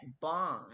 bond